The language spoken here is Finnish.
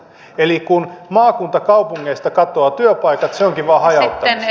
eli kun maakuntakaupungeista katoavat työpaikat se onkin hajauttamista